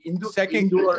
Second